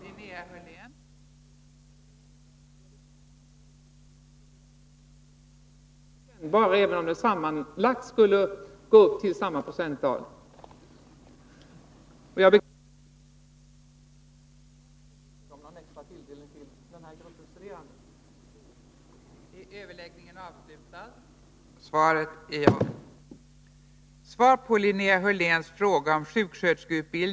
Fru talman! Jag vill bara säga att när devalveringar skeri flera omgångar är de inte lika kännbara, även om det sammanlagt skulle bli fråga om samma procenttal.